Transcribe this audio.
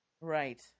Right